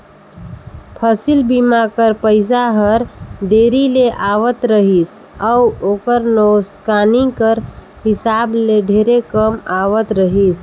फसिल बीमा कर पइसा हर देरी ले आवत रहिस अउ ओकर नोसकानी कर हिसाब ले ढेरे कम आवत रहिस